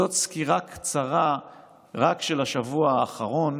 זו סקירה קצרה רק של השבוע האחרון